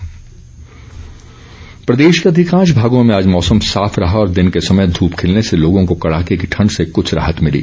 मौसम प्रदेश के अधिकांश भागों में आज मौसम साफ रहा और दिन के समय धूप खिलने से लोगों को कड़ाके की ठण्ड से कुछ राहत मिली